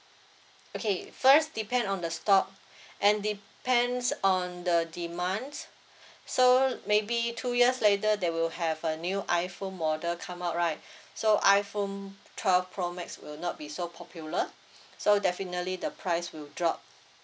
okay first depend on the stock and depends on the demands so maybe two years later there will have a new iphone model come out right so iphone twelve pro max will not be so popular so definitely the price will drop